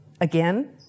again